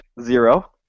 Zero